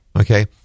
okay